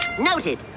Noted